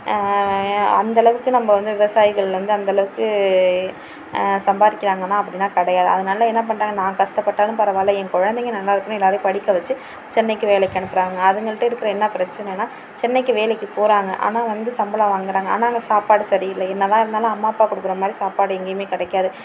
அந்த அளவுக்கு நம்ப வந்து விவசாயிகள் வந்து அந்த அளவுக்கு சம்பாரிக்கிறாங்கன்னா அப்படிலாம் கிடையாது அதனால என்னா பண்ணுறாங்க நாங்க கஷ்டப்பட்டாலும் பரவாயில்ல எங்க குழந்தைங்க நல்லா இருக்கனும் எல்லாரையும் படிக்க வச்சி சென்னைக்கு வேலைக்கு அனுப்புறாங்க அதுங்கள்கிட்ட இருக்கிற என்னா பிரச்சனைனா சென்னைக்கு வேலைக்கு போறாங்க ஆனால் வந்து சம்பளம் வாங்கறாங்க ஆனால் அங்கே சாப்பாடு சரியில்லை என்ன தான் இருந்தாலும் அம்மா அப்பா கொடுக்கற மாதிரி சாப்பாடு எங்கேயுமே கிடைக்காது